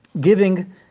giving